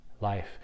life